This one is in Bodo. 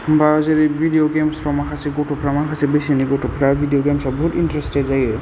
बिदिब्ला जेरै भिदिय' गेम्स फोराव माखासे गथ'फोरा माखासे बैसोनि गथ'फोरा भिदिय' गेम्साव बहुद इन्टारेस्टेड जायो